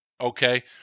Okay